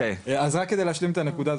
אז רק כדי להשלים את הנקודה הזאת.